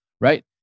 right